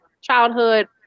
childhood